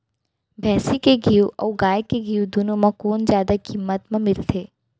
भैंसी के घीव अऊ गाय के घीव दूनो म कोन जादा किम्मत म मिलथे?